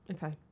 Okay